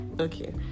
Okay